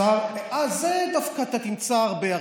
אה, את זה דווקא אתה תמצא הרבה.